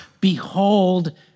Behold